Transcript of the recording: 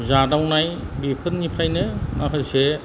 जादावनाय बेफोरनिफ्रायनो माखासे